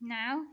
now